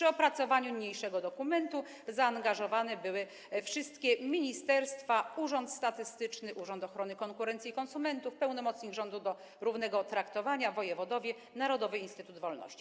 W opracowanie niniejszego dokumentu zaangażowane były wszystkie ministerstwa, Główny Urząd Statystyczny, Urząd Ochrony Konkurencji i Konsumentów, pełnomocnik rządu do spraw równego traktowania, wojewodowie i Narodowy Instytut Wolności.